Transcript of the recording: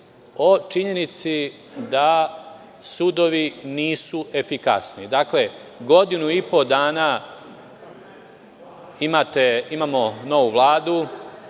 o činjenici da sudovi nisu efikasni. Dakle, godinu i po dana imamo novu Vladu